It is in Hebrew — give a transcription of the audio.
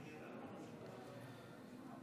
כבוד היושב-ראש, עמיתיי חברי הכנסת וחברות הכנסת,